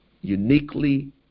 uniquely